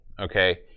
okay